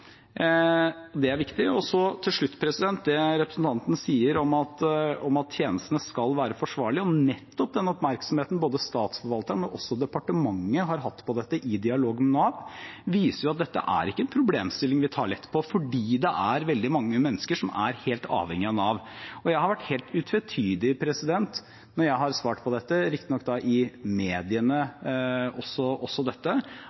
Det er viktig. Til slutt til det representanten sier om at tjenestene skal være forsvarlige. Nettopp den oppmerksomheten både Statsforvalteren og departementet har hatt på det i dialog med Nav, viser at dette ikke er en problemstilling vi tar lett på, fordi det er veldig mange mennesker som er helt avhengige av Nav. Jeg har vært helt utvetydig når jeg har svart på dette, riktignok i mediene, at Nav må ha tilbud også